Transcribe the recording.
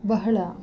ಬಹಳ